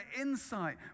insight